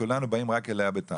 שאנחנו באים רק אליה בטענות.